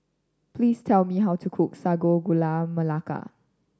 please tell me how to cookSsago Gula Melaka